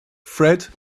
fred